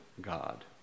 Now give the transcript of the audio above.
God